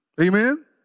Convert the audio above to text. Amen